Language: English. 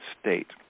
state